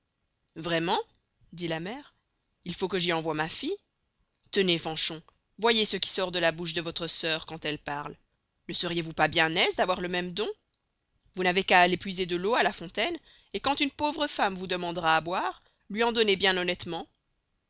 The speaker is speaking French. vrayment dit la mere il faut que j'y envoye ma fille tenez fanchon voyez ce qui sort de la bouche de vôtre sœur quand elle parle ne seriez-vous pas bien aise d'avoir le mesme don vous n'avez qu'à aller puiser de l'eau à la fontaine et quand une pauvre femme vous demandera à boire luy en donner bien honnestement